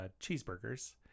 cheeseburgers